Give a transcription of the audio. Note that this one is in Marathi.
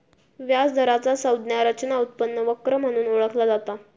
व्याज दराचा संज्ञा रचना उत्पन्न वक्र म्हणून ओळखला जाता